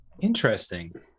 Interesting